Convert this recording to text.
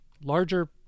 larger